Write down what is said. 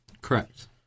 Correct